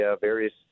various